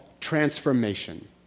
transformation